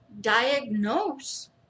diagnose